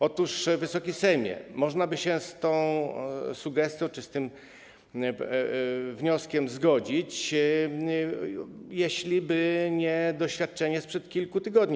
Otóż, Wysoki Sejmie, można by się z tą sugestią czy z tym wnioskiem zgodzić, gdyby nie doświadczenie sprzed kilku tygodni.